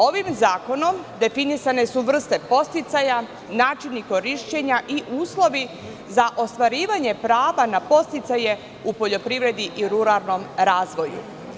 Ovim zakonom definisane su vrste podsticaja, načini korišćenja i uslovi za ostvarivanje prava na podsticaje u poljoprivredi i ruralnom razvoju.